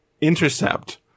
intercept